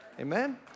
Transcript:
Amen